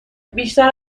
بیشتر